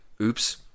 Oops